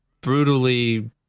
brutally